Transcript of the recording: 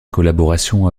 collaboration